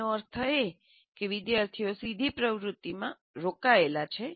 તેનો અર્થ એ કે વિદ્યાર્થીઓ સીધી પ્રવૃત્તિમાં રોકાયેલા છે